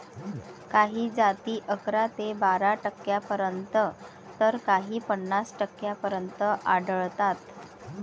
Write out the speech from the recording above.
काही जाती अकरा ते बारा टक्क्यांपर्यंत तर काही पन्नास टक्क्यांपर्यंत आढळतात